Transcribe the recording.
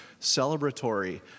celebratory